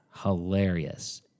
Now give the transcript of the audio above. Hilarious